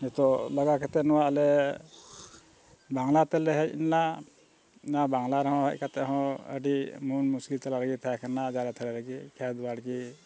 ᱱᱤᱛᱚᱜ ᱞᱟᱜᱟ ᱠᱟᱛᱮᱫ ᱱᱚᱣᱟ ᱟᱞᱮ ᱵᱟᱝᱞᱟ ᱛᱮᱞᱮ ᱦᱮᱡ ᱞᱮᱱᱟ ᱱᱚᱣᱟ ᱵᱟᱝᱞᱟ ᱨᱮᱦᱚᱸ ᱦᱮᱡ ᱠᱟᱛᱮ ᱦᱚᱸ ᱟᱹᱰᱤ ᱢᱚᱱ ᱢᱩᱥᱠᱤᱞ ᱛᱟᱞᱟ ᱨᱮᱜᱮ ᱛᱟᱦᱮᱸ ᱠᱟᱱᱟ ᱛᱟᱞᱟ ᱨᱮᱜᱮ ᱠᱷᱮᱛ ᱵᱟᱲᱜᱮ